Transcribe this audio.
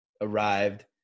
arrived